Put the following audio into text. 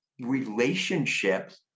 relationships